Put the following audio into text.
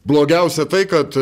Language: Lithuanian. blogiausia tai kad